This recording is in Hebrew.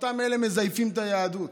שאותם אלה מזייפים את היהדות.